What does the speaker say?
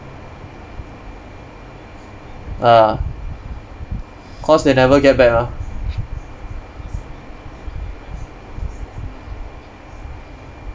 ah cause they never get back mah